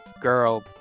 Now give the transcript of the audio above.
girl